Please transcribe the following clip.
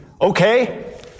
okay